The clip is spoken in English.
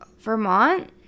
Vermont